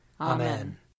Amen